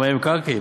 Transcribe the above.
שמאי מקרקעין,